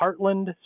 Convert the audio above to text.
Heartland